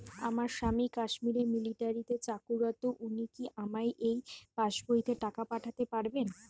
আমার স্বামী কাশ্মীরে মিলিটারিতে চাকুরিরত উনি কি আমার এই পাসবইতে টাকা পাঠাতে পারবেন?